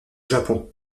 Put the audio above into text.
japon